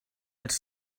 els